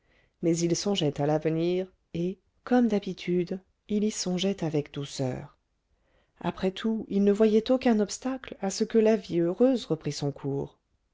mais il songeait à l'avenir et comme d'habitude il y songeait avec douceur après tout il ne voyait aucun obstacle à ce que la vie heureuse reprît son cours